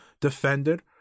Defended